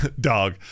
dog